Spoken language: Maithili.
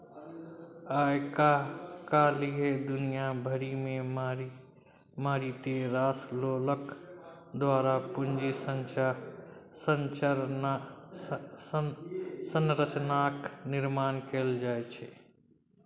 आय काल्हि दुनिया भरिमे मारिते रास लोकक द्वारा पूंजी संरचनाक निर्माण कैल जा रहल छै